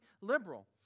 liberal